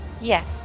Yes